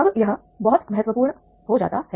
अब यह बहुत महत्वपूर्ण हो जाता है